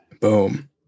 Boom